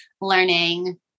learning